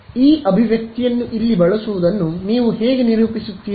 ಆದ್ದರಿಂದ ಈ ಅಭಿವ್ಯಕ್ತಿಯನ್ನು ಇಲ್ಲಿ ಬಳಸುವುದನ್ನು ನೀವು ಹೇಗೆ ನಿರೂಪಿಸುತ್ತೀರಿ